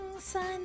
Sun